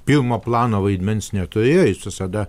pirmo plano vaidmens neturėjo jis visada